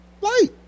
Light